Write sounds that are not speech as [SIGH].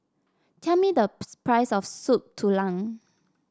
tell me the [UNINTELLIGIBLE] price of Soup Tulang